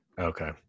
Okay